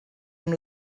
amb